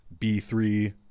b3